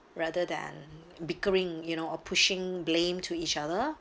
rather than bickering you know or pushing blame to each other